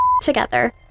together